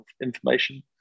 information